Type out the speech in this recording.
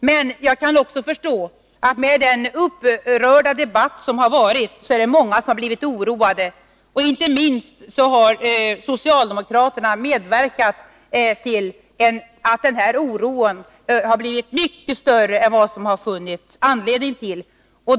Men jag kan också förstå att med den upprörda debatt som har varit har många blivit oroade. Inte minst har socialdemokraterna medverkat till att denna oro blivit mycket större än vad det funnits anledning till.